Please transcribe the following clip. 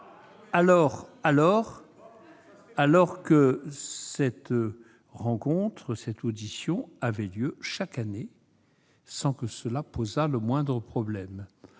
suis ! Intolérable ! Or cette audition avait lieu chaque année, sans que cela posât le moindre problème.